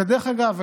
דרך אגב,